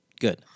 Good